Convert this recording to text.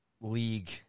league